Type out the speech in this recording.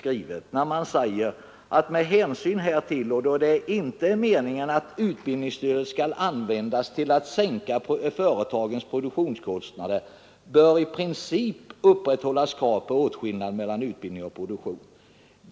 Jag citerar från s. 3: ”Med hänsyn härtill och då det inte är meningen att utbildningsstödet skall användas till att sänka företagens produktionskostnader bör i princip upprätthållas krav på åtskillnad mellan utbildning och produktion.